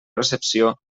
recepció